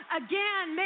again